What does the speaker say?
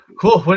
cool